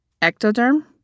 Ectoderm